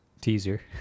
teaser